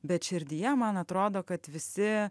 bet širdyje man atrodo kad visi